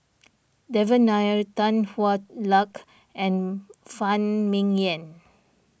Devan Nair Tan Hwa Luck and Phan Ming Yen